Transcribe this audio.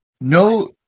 No